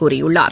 கூறியுள்ளார்